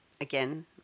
again